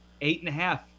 Eight-and-a-half